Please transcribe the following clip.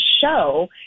show